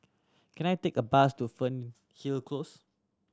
can I take a bus to Fernhill Close